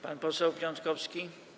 Pan poseł Piontkowski?